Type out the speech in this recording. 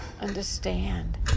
understand